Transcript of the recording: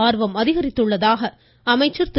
ஆர்வம் அதிகரித்துள்ளதாக அமைச்சர் திரு